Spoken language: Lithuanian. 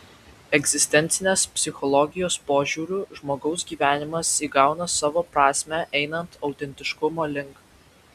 egzistencinės psichologijos požiūriu žmogaus gyvenimas įgauna savo prasmę einant autentiškumo link